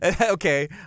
Okay